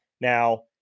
Now